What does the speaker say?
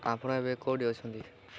ଆପଣ ଏବେ କେଉଁଠି ଅଛନ୍ତି